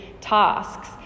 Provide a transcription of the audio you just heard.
tasks